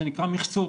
שנקרא מכסות.